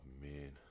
man